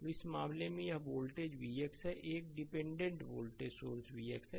तो इस मामले में यह वोल्टेज vx है और एक डिपेंडेंट वोल्टेज सोर्स vx है